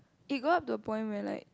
it got to a point where like